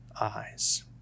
eyes